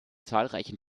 zahlreichen